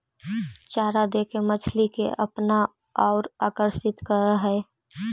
चारा देके मछली के अपना औउर आकर्षित करऽ हई